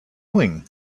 doing